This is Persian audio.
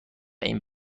این